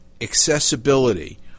accessibility